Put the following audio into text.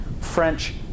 French